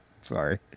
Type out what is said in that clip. Sorry